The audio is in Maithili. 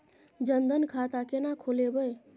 जनधन खाता केना खोलेबे?